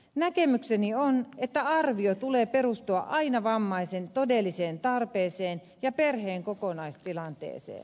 näkemykseni on että arvion tulee perustua aina vammaisen todelliseen tarpeeseen ja perheen kokonaistilanteeseen